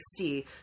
60